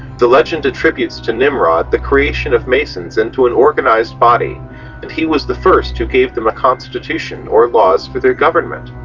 the legend attributes to nimrod the creation of the masons into an organized body and he was the first who gave them a constitution or laws for their government.